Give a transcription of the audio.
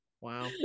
Wow